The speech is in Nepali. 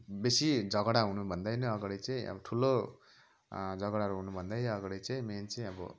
बेसी झगडा हुनु भन्दा नै अगाडि चाहिँ अब ठुलो झगडाहरू हुनु भन्दा अगाडि चाहिँ मेन चाहिँ अब